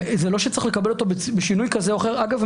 וזה לא שצריך לקבל אותו בשינוי כזה או אחר אגב,